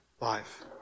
life